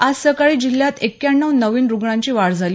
आज सकाळी जिल्ह्यात एक्याण्णव नवीन रुग्णांची वाढ झाली